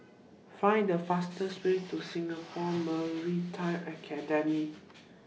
Find The fastest Way to Singapore Maritime Academy